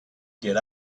get